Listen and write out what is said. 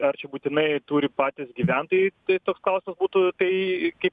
ar čia būtinai turi patys gyventojai tai toks klausimas būtų tai kaip